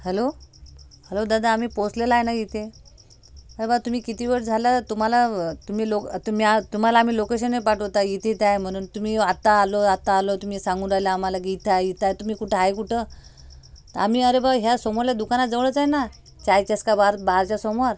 hello hello दादा आम्ही पोचलेला आहे ना इथे बा तुम्ही किती वेळ झाला तुम्हाला तुम्ही लोक तुम्ही तुम्हाला आम्ही लोकेशनही पाठवत आहे इथे इथे आहे म्हणून तुम्ही आत्ता आलो आत्ता आलो तुम्ही सांगून राहिला आम्हाला की इथं आहे इथं आहे तुम्ही कुठे आहे कुठे तर आम्ही अरे भाऊ ह्या समोरल्या दुकानाजवळच आहे ना चाय चस्का बार बारच्या समोर